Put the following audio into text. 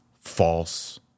false